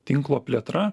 tinklo plėtra